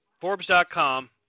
Forbes.com